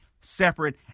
separate